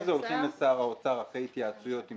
הולכים לשר האוצר אחרי התייעצויות עם